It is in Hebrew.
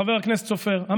חבר הכנסת סופר: